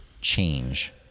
change